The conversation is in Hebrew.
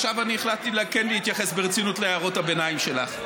עכשיו אני החלטתי כן להתייחס ברצינות להערות הביניים שלך.